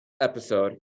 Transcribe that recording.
episode